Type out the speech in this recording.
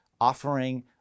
offering